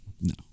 no